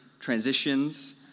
transitions